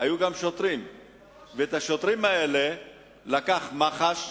היו גם שוטרים, ואת השוטרים האלה לקחה מח"ש,